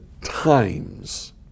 times